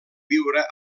viure